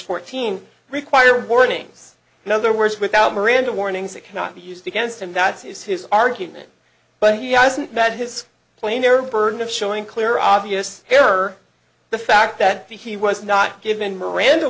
fourteen require warnings in other words without miranda warnings that cannot be used against him that is his argument but he hasn't met his plane their burden of showing clear obvious error the fact that he was not given miranda